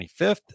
25th